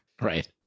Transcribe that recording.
Right